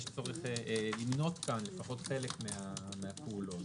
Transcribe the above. צורך למנות פה לפחות חלק מהפעולות כבר בחוק.